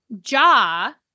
jaw